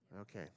Okay